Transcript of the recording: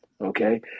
okay